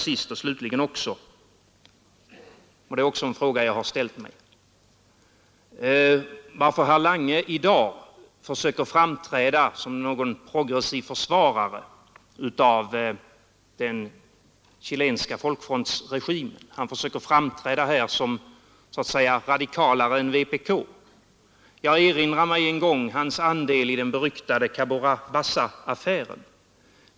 Sist och slutligen undrar jag — och det är en fråga som jag också har ställt mig — varför herr Lange i dag försöker framträda som en progressiv försvarare av den chilenska folkfrontsregimen och ge sken av att vara mera radikal än vpk, så att säga. Jag erinrar mig exempelvis herr Langes andel i den beryktade Cabora Bassa-affären.